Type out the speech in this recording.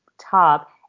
top